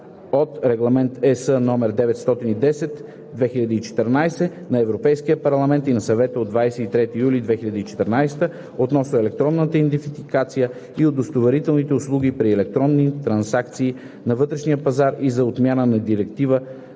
от Регламент (ЕС) № 910/2014 на Европейския парламент и на Съвета от 23 юли 2014 г. относно електронната идентификация и удостоверителните услуги при електронни трансакции на вътрешния пазар и за отмяна на Директива